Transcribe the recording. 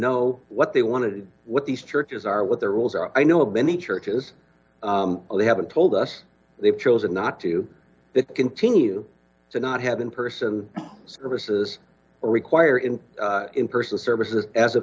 know what they wanted what these churches are what their rules are i know of any churches they haven't told us they've chosen not to continue to not have in person services or require in person services as of